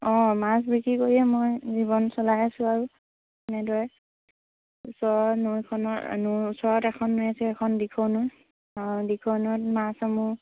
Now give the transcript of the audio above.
অঁ মাছ বিক্ৰী কৰিয়ে মই জীৱন চলাই আছোঁ আৰু এনেদৰে ওচৰৰ নৈখনৰ ন ওচৰত এখন নৈ আছে সেইখন দিখৌ দিখৌ নৈত মাছসমূহ